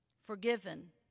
forgiven